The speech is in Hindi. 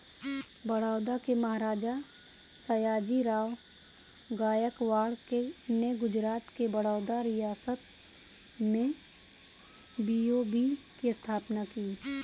बड़ौदा के महाराजा, सयाजीराव गायकवाड़ ने गुजरात के बड़ौदा रियासत में बी.ओ.बी की स्थापना की